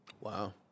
Wow